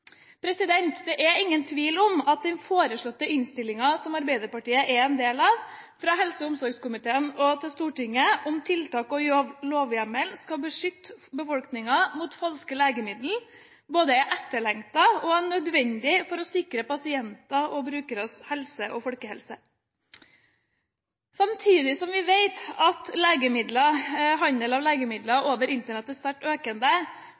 Det er ingen tvil om at den foreslåtte innstillingen, som Arbeiderpartiet er en del av, fra helse- og omsorgskomiteen til Stortinget om tiltak og lovhjemmel som skal beskytte befolkningen mot falske legemidler, både er etterlengtet og nødvendig for å sikre pasienters og brukeres helse og folkehelsen. Samtidig som vi vet at handel av legemidler over Internett er sterkt økende,